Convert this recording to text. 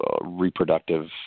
reproductive